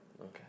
Okay